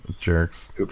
jerks